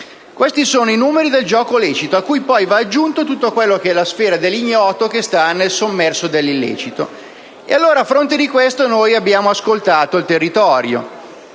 Questi sono i numeri del gioco lecito, a cui va aggiunta la sfera dell'ignoto che sta nel sommerso dell'illecito. E allora, a fronte di questo, abbiamo ascoltato il territorio.